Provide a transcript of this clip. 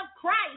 Christ